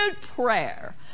prayer